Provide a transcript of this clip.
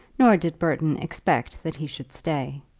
nor did burton expect that he should stay.